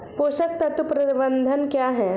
पोषक तत्व प्रबंधन क्या है?